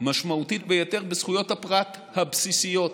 משמעותית ביותר בזכויות הפרט הבסיסיות.